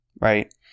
right